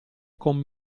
con